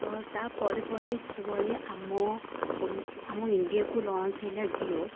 ତ ତା'ପରେ ପରେ ଯେତେବେଳେ ଆମ ଓଡ଼ିଶା ଆମ ଇଣ୍ଡିଆକୁ ଲଞ୍ଚ୍ ହେଲା ଜିଓ